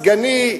סגני,